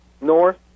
north